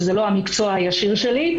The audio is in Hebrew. שזה לא המקצוע הישיר שלי,